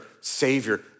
savior